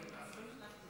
הצעת החוק